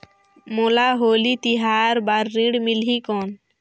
मोला होली तिहार बार ऋण मिलही कौन?